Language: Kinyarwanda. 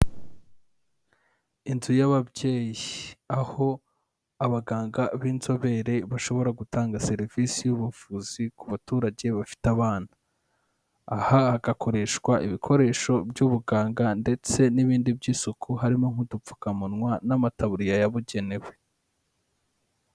Inzu y'ababyeyi, aho abaganga b'inzobere bashobora gutanga serivisi y'ubuvuzi ku baturage bafite abana. Aha hagakoreshwa ibikoresho by'ubuganga ndetse n'ibindi by'isuku harimo nk'udupfukamunwa n'amataburiya yabugenewe.